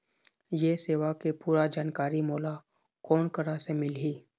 ये सेवा के पूरा जानकारी मोला कोन करा से मिलही?